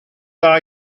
dda